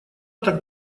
так